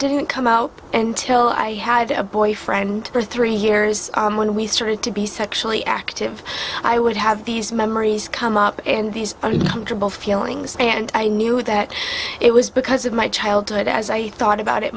didn't come out and till i had a boyfriend for three years when we started to be sexually active i would have these memories come up in these uncomfortable feelings and i knew that it was because of my childhood as i thought about it